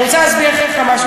אני רוצה להסביר לך משהו,